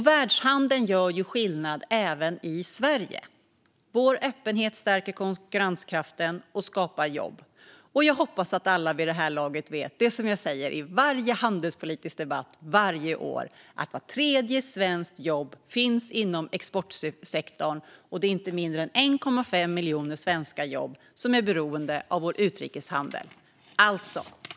Världshandeln gör skillnad även i Sverige. Vår öppenhet stärker konkurrenskraften och skapar jobb. Jag hoppas att alla vid det här laget vet det som jag säger i varje handelspolitisk debatt varje år: Vart tredje svenskt jobb finns inom exportsektorn, och det är inte mindre än 1,5 miljoner svenska jobb som är beroende av vår utrikeshandel.